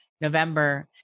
November